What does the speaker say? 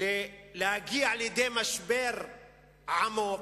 להגיע לידי משבר עמוק,